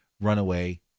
runaway